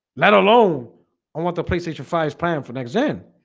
let alone i want the playstation fives plan for next gen